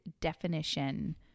definition